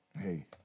hey